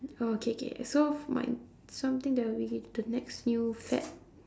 oh okay okay so for mine something that would be the next new fad